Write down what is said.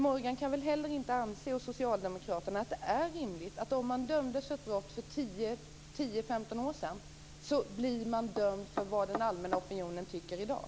Morgan och Socialdemokraterna kan inte mena att det är rimligt att den som dömts till ett brott för 10-15 år sedan skall behandlas med hänsyn till vad den allmänna opinionen tycker i dag.